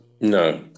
No